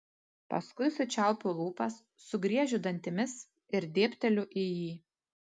paskui sučiaupiu lūpas sugriežiu dantimis ir dėbteliu į jį